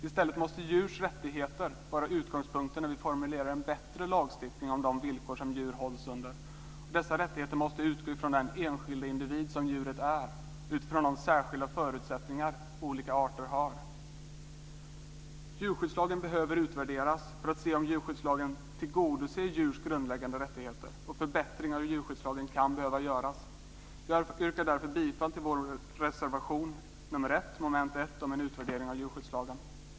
I stället måste djurs rättigheter vara utgångspunkten när vi formulerar en bättre lagstiftning om de villkor som djur hålls under. Dessa rättigheter måste utgå från den enskilda individ som djuret är och utifrån de särskilda förutsättningar olika arter har. Djurskyddslagen behöver utvärderas för att se om djurskyddslagen tillgodoser djurs grundläggande rättigheter. Förbättringar av djurskyddslagen kan behöva göras. Jag yrkar därför bifall till vår reservation nr 1 under mom. 1 om utvärdering av djurskyddslagen.